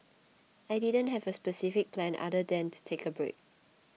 I didn't have a specific plan other than to take a break